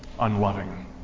unloving